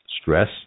Stress